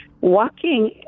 walking